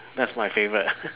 that's my favourite